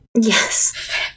Yes